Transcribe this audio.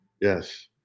Yes